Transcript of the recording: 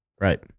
Right